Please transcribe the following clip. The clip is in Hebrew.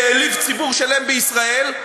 העליב ציבור שלם בישראל,